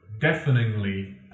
deafeningly